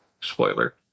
spoiler